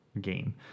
game